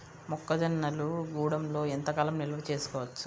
మొక్క జొన్నలు గూడంలో ఎంత కాలం నిల్వ చేసుకోవచ్చు?